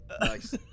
Nice